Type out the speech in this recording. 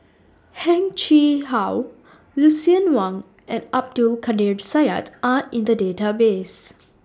Heng Chee How Lucien Wang and Abdul Kadir Syed Are in The Database